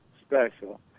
special